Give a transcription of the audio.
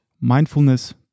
mindfulness